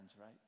right